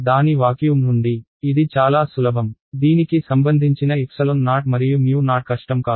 దాని వాక్యూమ్ నుండి ఇది చాలా సులభం దీనికి సంబంధించిన O మరియు O కష్టం కాదు